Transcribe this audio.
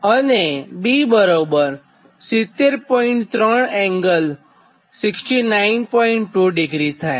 અને C 1ZC sinh 𝛾l થાય